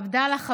עבדאללה חמדוכ,